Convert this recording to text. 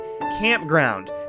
campground